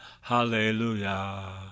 hallelujah